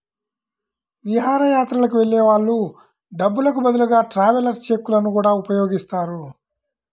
విహారయాత్రలకు వెళ్ళే వాళ్ళు డబ్బులకు బదులుగా ట్రావెలర్స్ చెక్కులను గూడా ఉపయోగిస్తారు